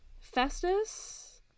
Festus